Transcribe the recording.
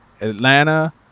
Atlanta